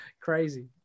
Crazy